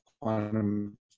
quantum